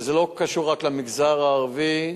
שלא קשור רק למגזר הערבי,